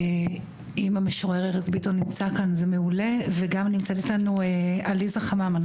אם המשורר ארז ביטון נמצא כאן זה מעולה וגם נמצאת איתנו עליזה חממה,